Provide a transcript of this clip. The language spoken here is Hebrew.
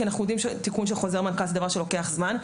כי אנחנו יודעים שתיקון של חוזר מנכ"ל זה דבר שלוקח זמן.